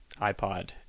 iPod